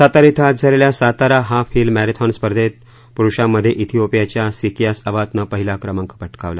सातारा धिं आज झालेल्या सातारा हाफ हिल मॅरेथॉन स्पर्धेत प्रुषांमधे धिंओपियाच्या सिकियास अबातन पहिला क्रमांक पटकावला